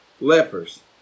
lepers